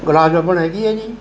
ਗੁਲਾਬ ਜਾਮੁਣ ਹੈਗੀ ਹੈ ਜੀ